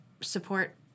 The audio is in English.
support